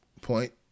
point